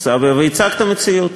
עיסאווי, והצגת מציאות.